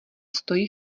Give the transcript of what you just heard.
stojí